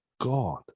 God